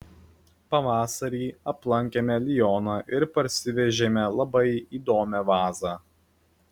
pavasarį aplankėme lioną ir parsivežėme labai įdomią vazą